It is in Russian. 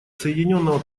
соединенного